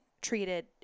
treated